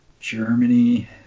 Germany